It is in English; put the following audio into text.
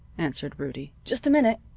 answered rudie. just a minute.